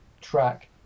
track